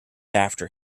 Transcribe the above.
after